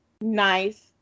nice